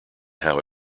how